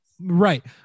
right